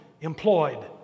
employed